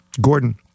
Gordon